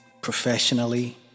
professionally